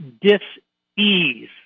dis-ease